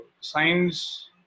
science